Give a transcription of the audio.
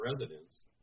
residents